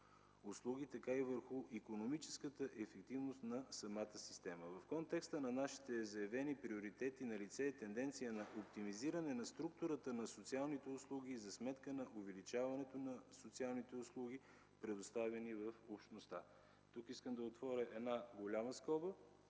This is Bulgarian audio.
услуги, както и върху икономическата ефективност на самата система. В контекста на нашите заявени приоритети налице е тенденция за оптимизиране на структурата на социалните услуги за сметка на увеличаването на социалните услуги, предоставяни в общността. Тук искам да отворя една голяма скоба.